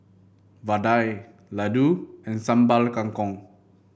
vadai laddu and Sambal Kangkong